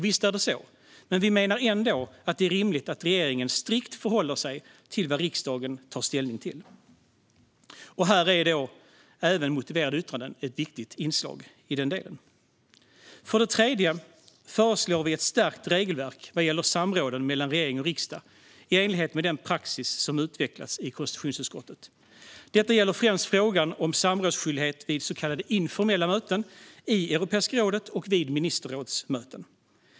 Visst är det så, men vi menar ändå att det är rimligt att regeringen strikt förhåller sig till vad riksdagen tar ställning till. Här är motiverade yttranden ett viktigt inslag. För det tredje föreslår vi ett stärkt regelverk vad gäller samråden mellan regering och riksdag i enlighet med den praxis som utvecklats i konstitutionsutskottet. Detta gäller främst frågan om samrådsskyldighet vid så kallade informella möten i Europeiska rådet och vid ministerrådsmöten.